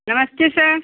नमस्ते सर